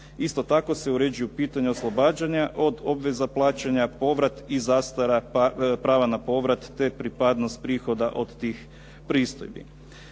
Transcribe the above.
Isto tako se uređuju pitanja oslobađanja od obveza plaćanja, povrat i zastara, prava na povrat, te pripadnost prihoda od tih pristojbi.